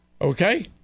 Okay